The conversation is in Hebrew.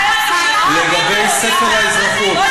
לא נוח לך,